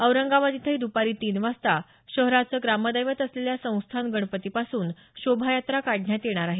औरंगाबाद इथंही द्पारी तीन वाजता शहराचं ग्रामदैवत असलेल्या संस्थान गणपतीपासून शोभायात्रा काढण्यात येणार आहे